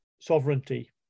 sovereignty